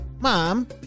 Mom